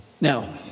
Now